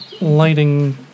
lighting